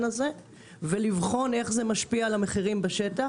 הזה ולבחון איך זה משפיע על המחירים בשטח.